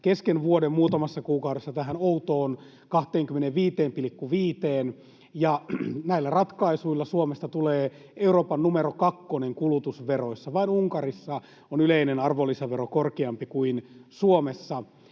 kesken vuoden muutamassa kuukaudessa tähän outoon 25,5:een. Ja näillä ratkaisuilla Suomesta tulee Euroopan numero kakkonen kulutusveroissa. Vain Unkarissa on yleinen arvonlisävero korkeampi kuin Suomessa.